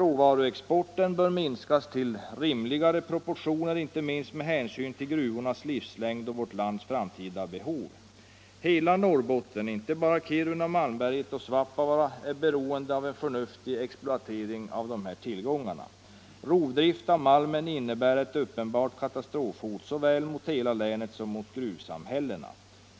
Råvaruexporten bör minskas till rimligare proportioner, inte minst med hänsyn till gruvornas livslängd och vårt lands framtida behov. Hela Norrbotten, inte bara Kiruna, Malmberget och Svappavaara, är beroende av en förnuftig exploatering av dessa tillgångar. Rovdrift av malmen innebär ett uppenbart katastrofhot såväl mot hela länet som mot gruvsamhällena.